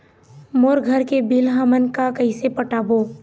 मोर घर के बिल हमन का कइसे पटाबो?